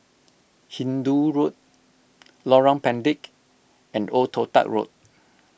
Hindoo Road Lorong Pendek and Old Toh Tuck Road